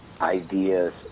ideas